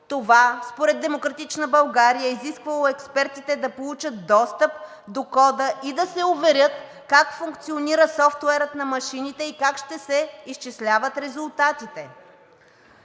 Това според „Демократична България“ изисквало експертите да получат достъп до кода и да се уверят как функционира софтуерът на машините и как ще се изчисляват резултатите.